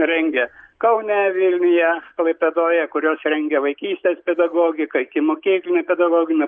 rengia kaune vilniuje klaipėdoje kurios rengia vaikystės pedagogiką ikimokyklinę pedagoginę